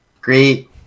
Great